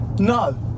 No